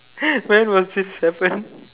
when will this happen